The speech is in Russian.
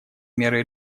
меры